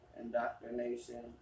indoctrination